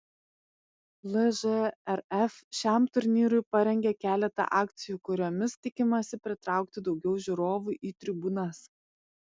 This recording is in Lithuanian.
lžrf šiam turnyrui parengė keletą akcijų kuriomis tikimasi pritraukti daugiau žiūrovų į tribūnas